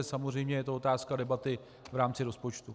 Samozřejmě je to otázka debaty v rámci rozpočtu.